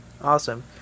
Awesome